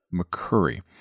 McCurry